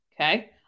Okay